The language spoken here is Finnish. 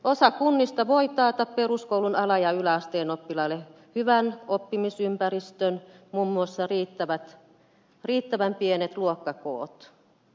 osa kunnista voi taata peruskoulun ala ja yläasteen oppilaille hyvän oppimisympäristön muun muassa riittävän pienet luokkakoot